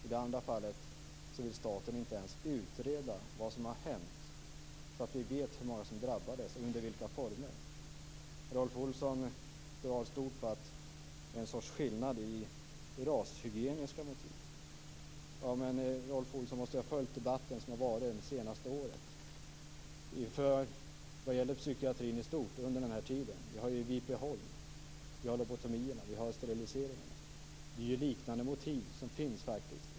I det andra fallet vill staten inte ens utreda vad som har hänt så att vi vet hur många det var som drabbades och under vilka former. Rolf Olsson drar stora växlar på att det är en skillnad som handlar om rashygieniska motiv. Men Rolf Olsson måste ju ha följt den debatt som har förts under det senaste året när det gäller psykiatrin i stort under den här tiden. Jag kan bara nämna Vipeholm, lobotomeringarna, steriliseringarna. Det ligger liknande motiv bakom dessa.